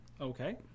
Okay